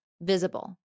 visible